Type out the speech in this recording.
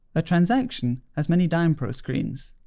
a transaction has many dynpro screens.